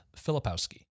Filipowski